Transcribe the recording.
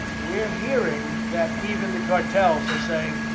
we're hearing that even the cartels are saying,